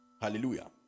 Hallelujah